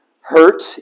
hurt